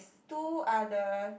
two are the